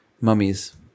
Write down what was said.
Mummies